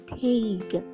take